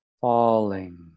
falling